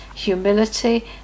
Humility